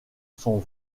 son